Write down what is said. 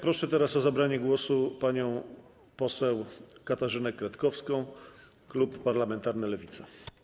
Proszę teraz o zabranie głosu panią poseł Katarzynę Kretkowską, klub parlamentarny Lewica.